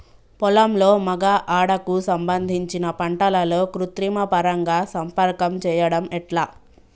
పొలంలో మగ ఆడ కు సంబంధించిన పంటలలో కృత్రిమ పరంగా సంపర్కం చెయ్యడం ఎట్ల?